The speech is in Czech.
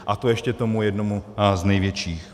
A to ještě tomu jednomu z největších?